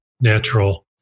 natural